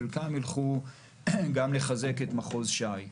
חלקם ילכו גם לחזק את מחוז ש"י.